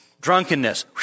Drunkenness